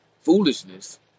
Foolishness